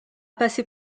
passé